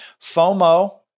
FOMO